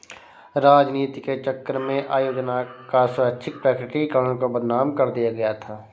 राजनीति के चक्कर में आय योजना का स्वैच्छिक प्रकटीकरण को बदनाम कर दिया गया था